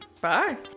Bye